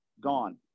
gone